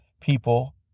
people